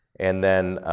and then,